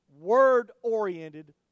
word-oriented